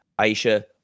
Aisha